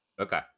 Okay